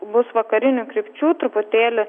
bus vakarinių krypčių truputėlį